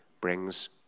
brings